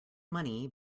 money